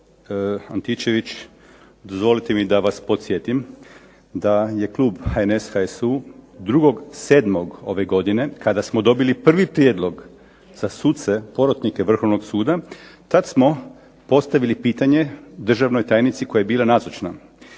kolegice Antičević, dozvolite mi da vas podsjetim da je klub HNS, HSU 2.7. ove godine, kada smo dobili prvi prijedlog za suce porotnike Vrhovnog suda, tad smo postavili pitanje državnoj tajnici, koja je bila nazočna,